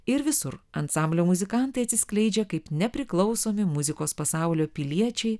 ir visur ansamblio muzikantai atsiskleidžia kaip nepriklausomi muzikos pasaulio piliečiai